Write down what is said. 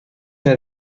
naar